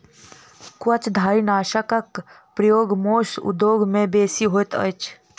कवचधारीनाशकक प्रयोग मौस उद्योग मे बेसी होइत अछि